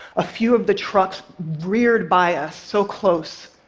a few of the trucks reared by us so close,